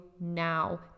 now